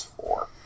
four